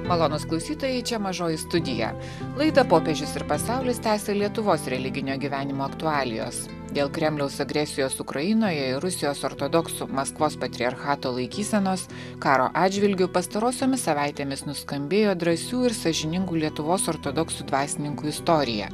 malonūs klausytojai čia mažoji studija laidą popiežius ir pasaulis tęsia lietuvos religinio gyvenimo aktualijos dėl kremliaus agresijos ukrainoje ir rusijos ortodoksų maskvos patriarchato laikysenos karo atžvilgiu pastarosiomis savaitėmis nuskambėjo drąsių ir sąžiningų lietuvos ortodoksų dvasininkų istorija